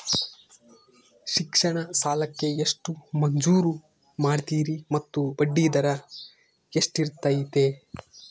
ಶಿಕ್ಷಣ ಸಾಲಕ್ಕೆ ಎಷ್ಟು ಮಂಜೂರು ಮಾಡ್ತೇರಿ ಮತ್ತು ಬಡ್ಡಿದರ ಎಷ್ಟಿರ್ತೈತೆ?